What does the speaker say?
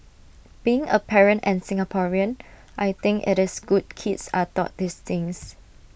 being A parent and Singaporean I think IT is good kids are taught these things